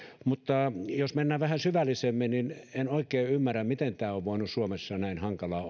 mutta jos mennään vähän syvällisemmin niin en oikein ymmärrä miten tämä petopolitiikan järkevä hoitaminen on voinut olla suomessa näin hankalaa